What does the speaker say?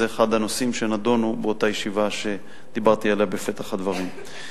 זה אחד הנושאים שנדונו באותה ישיבה שדיברתי עליה בפתח הדברים.